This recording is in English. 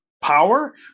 power